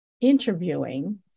interviewing